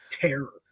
terror